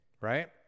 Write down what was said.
right